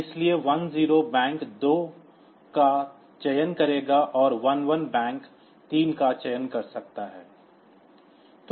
इसलिए 10 बैंक 2 का चयन करेगा और 11 बैंक 3 का चयन कर सकता है